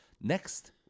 Next